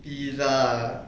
pizza ah